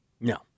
No